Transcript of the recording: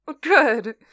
Good